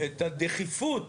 את הדחיפות